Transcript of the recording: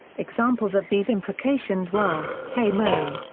examples of these imprecations were hey mo!